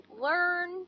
learn